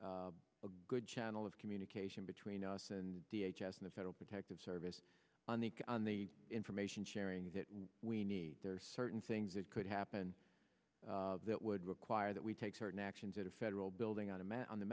a good channel of communication between us and the federal protective service on the on the information sharing that we need there are certain things that could happen that would require that we take certain actions at a federal building on